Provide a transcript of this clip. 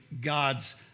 God's